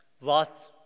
lost